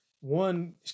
one